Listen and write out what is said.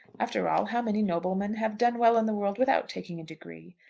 after all, how many noblemen have done well in the world without taking a degree?